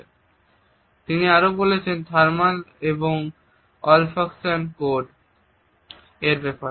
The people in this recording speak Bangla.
তারপর তিনি আরো বলেছেন থার্মাল এবং অলফাকশন কোড এর ব্যাপারে